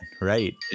Right